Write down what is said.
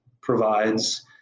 provides